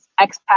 expats